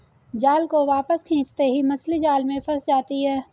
जाल को वापस खींचते ही मछली जाल में फंस जाती है